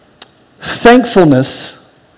Thankfulness